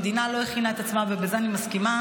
המדינה לא הכינה את עצמה, ובזה אני מסכימה,